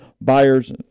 buyers